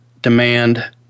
demand